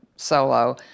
solo